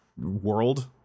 World